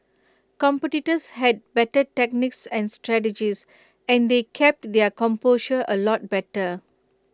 competitors had better techniques and strategies and they kept their composure A lot better